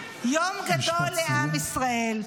יום גדול לעם ישראל.